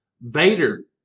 Vader